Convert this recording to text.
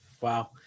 Wow